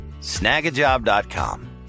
Snagajob.com